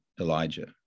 Elijah